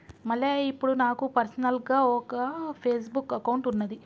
మల్లయ్య ఇప్పుడు నాకు పర్సనల్గా ఒక ఫేస్బుక్ అకౌంట్ ఉన్నది